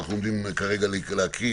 שאנחנו עומדים כרגע לקרוא.